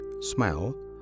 smell